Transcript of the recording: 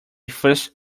first